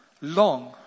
long